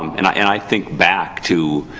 um and i think back to.